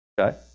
okay